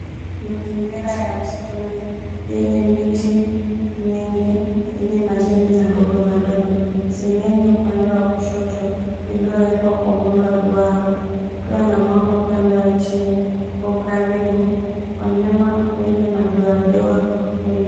Mazingira ya msituni yenye miti mingi yenye majani madogomadogo seng'eng'e upande wa kushoto iliyowekwa kwa muundo wa duara kukiwa na mwamba upande wa chini. Kwa ukaribu, wanyama wenye madoadoa wenye...